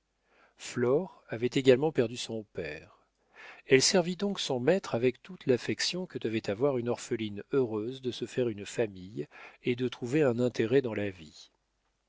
flore avait également perdu son père elle servit donc son maître avec toute l'affection que devait avoir une orpheline heureuse de se faire une famille et de trouver un intérêt dans la vie